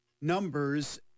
numbers